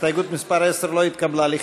הסתייגות מס' 10 לא התקבלה.